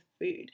food